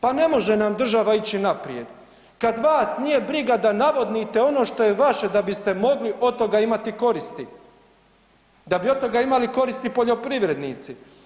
Pa ne može nam država ići naprijed kada vas nije briga da navodnite ono što je vaše da biste mogli od toga imati koristi, da bi od toga imali koristi poljoprivrednici.